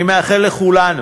אני מאחל לכולנו